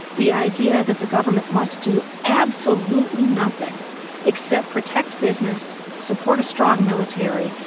the idea that the government must do absolutely nothing except protect business, support a strong military,